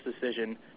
decision